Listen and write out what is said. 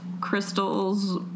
Crystal's